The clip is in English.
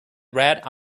red